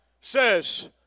says